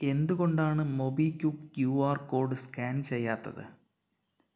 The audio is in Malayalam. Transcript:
എന്തുകൊണ്ടാണ് മൊബിക്വിക്ക് ക്യൂആർ കോഡ് സ്കാൻ ചെയ്യാത്തത്